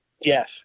yes